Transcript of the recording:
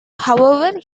however